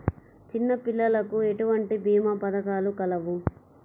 చిన్నపిల్లలకు ఎటువంటి భీమా పథకాలు కలవు?